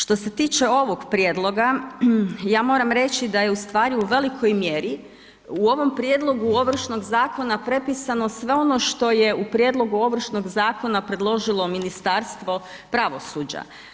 Što se tiče ovog prijedloga, ja moram reći da je u stvari u velikoj mjeri u ovom Prijedlogu Ovršnog zakona prepisano sve ono što je u Prijedlogu Ovršnog zakona predložilo Ministarstvo pravosuđa.